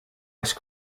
ice